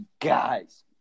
guys